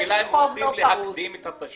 השאלה היא אם רוצים להקדים את התשלום.